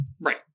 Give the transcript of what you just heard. Right